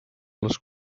les